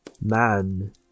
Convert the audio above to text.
Man